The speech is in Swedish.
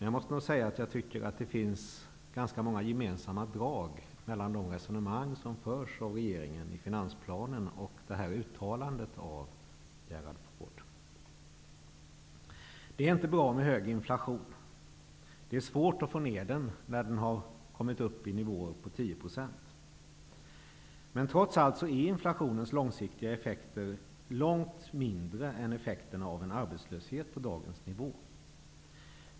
Jag måste säga att det finns ganska många gemensamma drag mellan de resonemang som förs av regeringen i finansplanen och uttalandet av Gerald Ford. Det är inte bra med hög inflation. Det är svårt att få ner den när den har kommit upp i nivån på 10%. Trots allt är inflationens långsiktiga effekter långt mindre än effekterna av en arbetslöshet på dagens nivå.